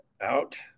out